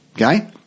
okay